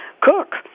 cook